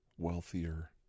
wealthier